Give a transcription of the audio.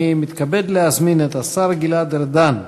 אני מתכבד להזמין את השר גלעד ארדן,